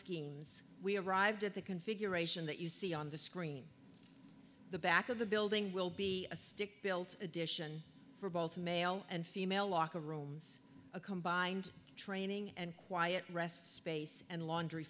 schemes we arrived at the configuration that you see on the screen the back of the building will be a stick built addition for both male and female locker rooms a combined training and quiet rest space and laundry